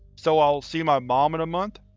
so i'll see my mom in a month?